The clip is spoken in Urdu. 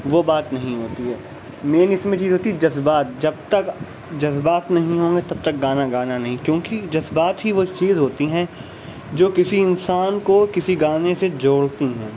وہ بات نہیں ہوتی ہے مین اس میں چیز ہوتی ہے جذبات جب تک جذبات نہیں ہونگے تب تک گانا گانا نہیں کیونکہ جذبات ہی وہ چیز ہوتی ہیں جو کسی انسان کو کسی گانے سے جوڑتی ہیں